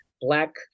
Black